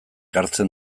hartzen